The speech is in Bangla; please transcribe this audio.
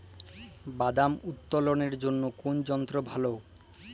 বাদাম উত্তোলনের জন্য কোন যন্ত্র ভালো?